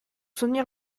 soutenir